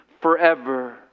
forever